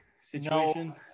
situation